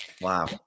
Wow